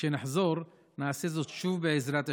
כשנחזור, נעשה זאת שוב, בעזרת השם.